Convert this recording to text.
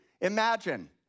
Imagine